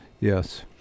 yes